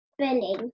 Spelling